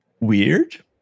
Weird